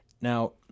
Now